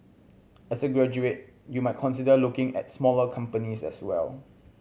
as a graduate you might consider looking at smaller companies as well